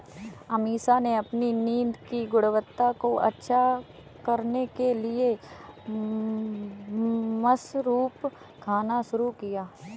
अमीषा ने अपनी नींद की गुणवत्ता को अच्छा करने के लिए मशरूम खाना शुरू किया